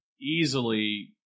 easily